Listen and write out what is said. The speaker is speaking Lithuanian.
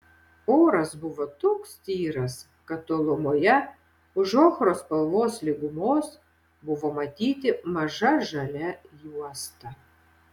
oras buvo toks tyras kad tolumoje už ochros spalvos lygumos buvo matyti maža žalia juosta